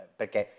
perché